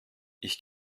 ich